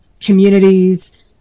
communities